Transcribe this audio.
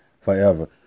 forever